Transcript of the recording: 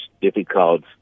difficult